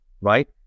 right